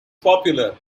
popular